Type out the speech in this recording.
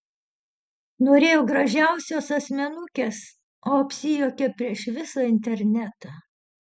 norėjo gražiausios asmenukės o apsijuokė prieš visą internetą